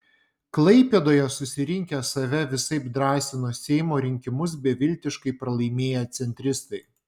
klaipėdoje susirinkę save visaip drąsino seimo rinkimus beviltiškai pralaimėję centristai